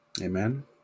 Amen